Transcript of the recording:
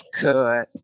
good